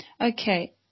Okay